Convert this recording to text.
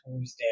Tuesday